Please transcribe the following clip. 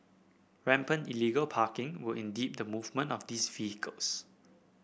rampant illegal parking will impede the movement of these vehicles